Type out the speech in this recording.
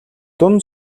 дунд